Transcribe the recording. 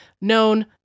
known